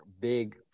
big